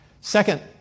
Second